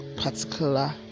particular